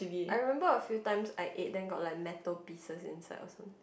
I remember a few times I ate then got like metal pieces inside also